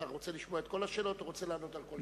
אתה רוצה לשמוע את כל השאלות או רוצה לענות על כל שאלה?